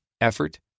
effort